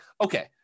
okay